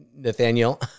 Nathaniel